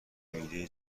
ایده